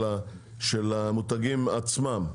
של המותגים עצמם,